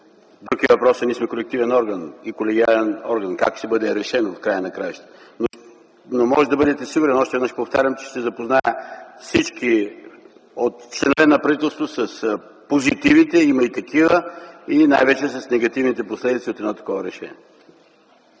Друг е въпросът, че ние сме колективен орган и колегиален орган, там ще бъде решено в края на краищата. Но можете да бъдете сигурен, още веднъж повтарям, че ще запозная всички членове на правителството с позитивите – има и такива, и най-вече с негативните последици от едно такова решение.